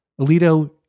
Alito